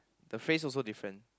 the face also different